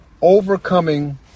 overcoming